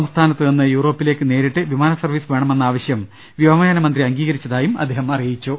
സംസ്ഥാനത്തു നിന്ന് യൂറോപ്പിലേക്ക് നേരിട്ട് വിമാന സർവ്വീസ് വേണമെന്ന ആവശ്യം വ്യോമയാന മന്ത്രി അംഗീക രിച്ചതായും അദ്ദേഹം അറിയിച്ചു